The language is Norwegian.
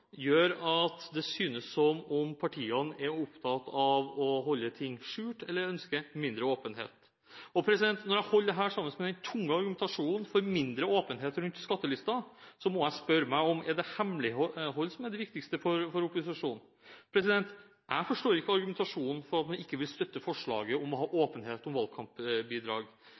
gjør at det synes som om partiene er opptatt av å holde ting skjult eller ønsker mindre åpenhet. Når jeg holder dette sammen med den tunge argumentasjonen for mindre åpenhet rundt skattelistene, må jeg spørre meg om det er hemmelighold som er det viktigste for opposisjonen. Jeg forstår ikke argumentasjonen for at man ikke vil støtte forslaget om å ha åpenhet om valgkampbidrag.